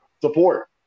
support